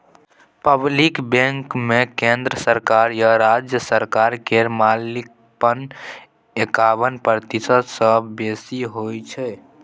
public बैंकमे केंद्र सरकार या राज्य सरकार केर मालिकपन एकाबन प्रतिशत सँ बेसी होइ छै